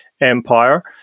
Empire